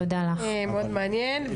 תודה לך, זה היה מאוד מעניין.